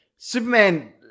Superman